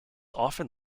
often